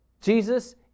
Jesus